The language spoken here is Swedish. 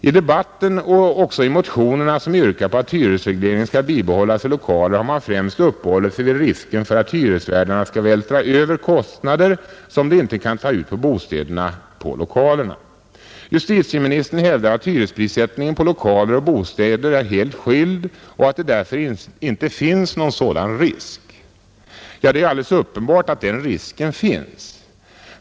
I debatten och även i motionerna, där man yrkar på att hyresregleringen skall bibehållas för lokalerna, har man främst uppehållit sig vid risken för att hyresvärdarna skall vältra över kostnader, som de inte kan ta ut på bostäderna, på lokalerna. Justitieministern hävdar att hyresprissättningen på lokaler och bostäder är helt skild och att det därför inte finns någon sådan risk. Det är alldeles uppenbart att den risken finns.